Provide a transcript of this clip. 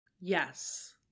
Yes